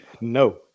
No